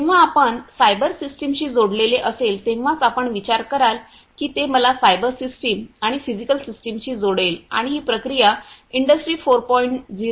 जेव्हा आपण सायबर सिस्टीमशी जोडलेले असेल तेव्हाच आपण विचार कराल की ते मला सायबर सिस्टम आणि फिजिकल सिस्टमशी जोडेल आणि ही प्रक्रिया इंडस्ट्री 4